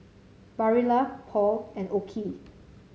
Barilla Paul and OKI